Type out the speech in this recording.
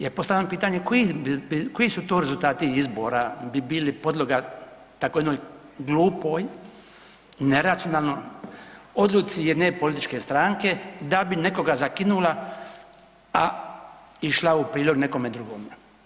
Ja postavljam pitanje koji su to rezultati izbora bi bili podloga tako jednoj glupoj, neracionalnoj odluci jedne političke stranke da bi nekoga zakinula, a išla u prilog nekome drugome?